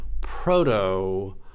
proto-